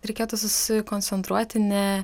reikėtų susikoncentruoti ne